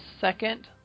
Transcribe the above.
second